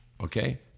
okay